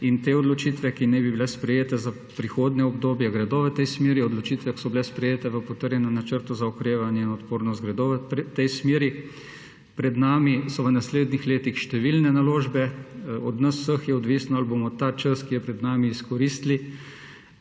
In te odločitve, ki naj bi bile sprejete za prihodnje obdobje, gredo v tej smeri. Odločitve, ki so bile sprejete v potrjenjem načrtu za okrevanje in odpornost, gredo v tej smeri. Pred nami so v naslednjih letih številne naložbe. Od nas vseh je odvisno ali bomo ta čas, ki je pred mami, izkoristili.